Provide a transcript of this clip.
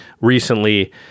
recently